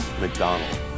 McDonald